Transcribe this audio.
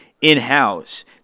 in-house